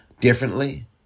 differently